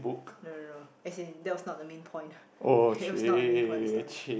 no no no as in that was not the main point it was not the main point of the story